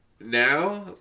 now